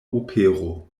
opero